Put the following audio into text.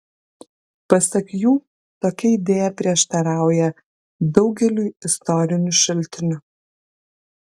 pasak jų tokia idėja prieštarauja daugeliui istorinių šaltinių